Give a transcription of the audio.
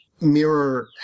mirror